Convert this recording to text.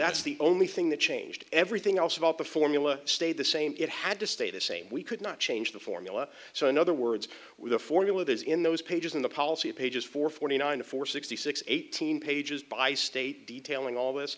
that's the only thing that changed everything else about the formula stayed the same it had to stay the same we could not change the formula so in other words with a formula there's in those pages in the policy pages for forty nine for sixty six eighteen pages by state detailing all this